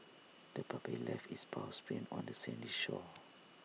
the puppy left its paw prints on the sandy shore